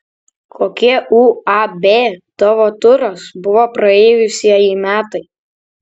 kokie uab tavo turas buvo praėjusieji metai